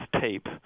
tape